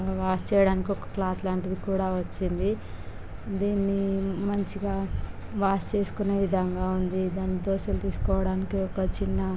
wash చేయడానికి ఒక cloth లాంటిది కూడా వచ్చింది దీనిని మంచిగా వాష్ చేసుకునే విధంగా వుంది దానికి దోసలు తీసుకోవడానికి ఒక చిన్న